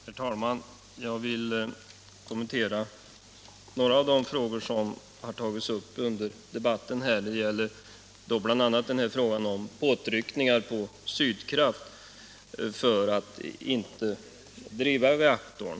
Herr talman! Jag vill kommentera några av de frågor som har tagits upp i debatten. Det gäller bl.a. frågan om påtryckningar på Sydkraft att inte driva reaktorn.